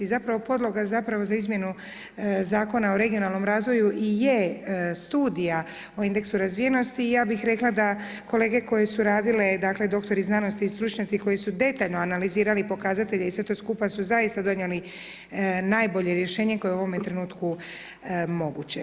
Zapravo podloga zapravo za izmjenu Zakona o regionalnom razvoju i je studija o indeksu razvijenosti i ja bih rekla da kolege koje su radile dakle doktori znanosti i stručnjaci koji su detaljno analizirali pokazatelje i sve to skupa su zaista donijeli najbolje rješenje koje je u ovom trenutku moguće.